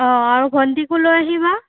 অঁ আৰু ভণ্টিকো লৈ আহিবা